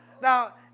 Now